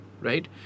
right